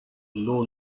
low